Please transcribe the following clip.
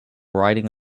riding